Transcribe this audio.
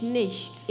nicht